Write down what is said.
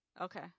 Okay